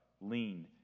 lean